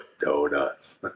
Donuts